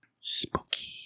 Spooky